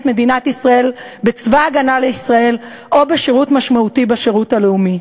מדינת ישראל בצבא ההגנה לישראל או בשירות משמעותי בשירות הלאומי.